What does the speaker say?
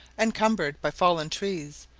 encumbered by fallen trees,